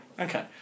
Okay